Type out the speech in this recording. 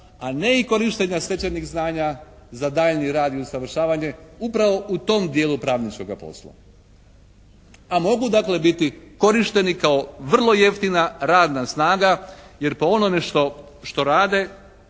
a ne i korištenja stečenih znanja za daljnji rad i usavršavanje upravo u tom dijelu pravničkoga posla. A mogu dakle biti korišteni kao vrlo jeftina radna snaga, jer po onome što rade,